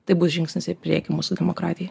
tai bus žingsnis į priekį mūsų demokratijai